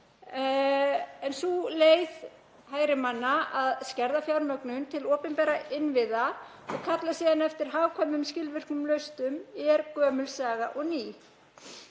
en sú leið hægri manna að skerða fjármögnun til opinberra innviða og kalla síðan eftir hagkvæmum, skilvirkum lausnum er gömul saga og ný.